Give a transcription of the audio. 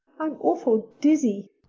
i'm awful dizzy,